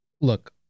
look